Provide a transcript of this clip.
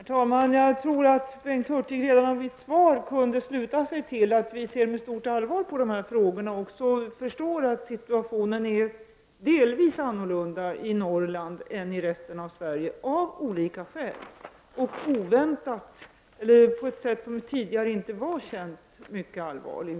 Herr talman! Jag tror att Bengt Hurtig redan av mitt svar kunde sluta sig till att vi ser med stort allvar på dessa frågor och även förstår att situationen i Norrland av olika skäl delvis skiljer sig från situationen i landet i övrigt och att den, på ett sätt som tidigare inte var känt, är mycket allvarlig.